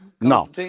No